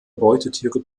beutetiere